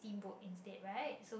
steamboat instead right so